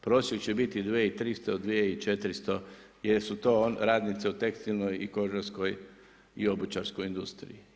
Prosjek će biti 2,300 do 2,400 jer su to radnice u tekstilnoj i kožarskoj i obućarskoj industriji.